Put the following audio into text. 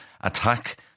attack